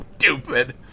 stupid